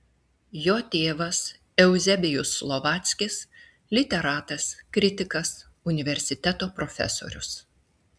jo tėvas euzebijus slovackis literatas kritikas universiteto profesorius